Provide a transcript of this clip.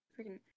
Freaking